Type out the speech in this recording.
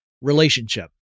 relationship